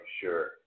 sure